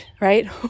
right